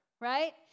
right